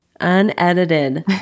Unedited